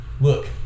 look